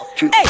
Hey